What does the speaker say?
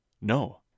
No